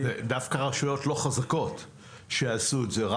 דווקא רשויות שאינן חזקות, לא